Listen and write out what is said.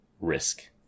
risk